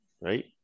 Right